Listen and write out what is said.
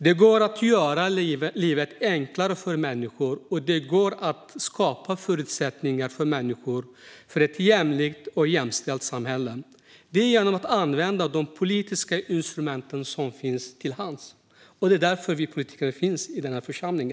Det går att göra livet enklare för människor, och det går att skapa förutsättningar för människor och för ett jämlikt och jämställt samhälle genom att använda de politiska instrument som finns till hands. Det är därför vi politiker finns i denna församling.